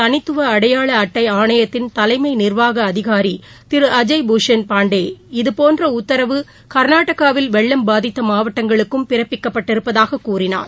தனித்துவ அடையாள அட்டை ஆணையத்தின் தலைமை நிர்வாக அதிகாரி திரு அஜய் பூஷன் பாண்டே இதேபோன்ற உத்தரவு கர்நாடகாவில் வெள்ளம் பாதித்த மாவட்டங்களுக்கும் பிறப்பிக்கப்பட்டிருப்பதாகக் கூறினார்